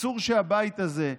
אסור שהבית הזה,